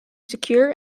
secure